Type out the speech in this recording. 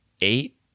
eight